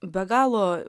be galo